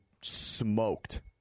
smoked